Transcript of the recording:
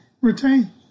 retain